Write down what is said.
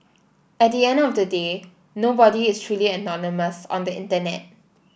at the end of the day nobody is truly anonymous on the internet